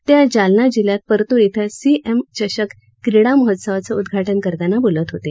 ते आज जालना जिल्ह्यात परतूर इथं सीएम चषक क्रीडा महोत्सवाचं उद्घाटन करताना बोलत होते